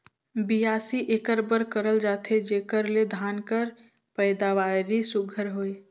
बियासी एकर बर करल जाथे जेकर ले धान कर पएदावारी सुग्घर होए